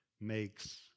Makes